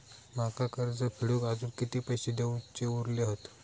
माका कर्ज फेडूक आजुन किती पैशे देऊचे उरले हत?